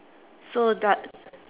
so